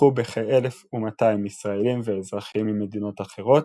טבחו בכ-1,200 ישראלים ואזרחים ממדינות אחרות,